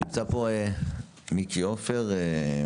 נמצא פה מיקי עופר,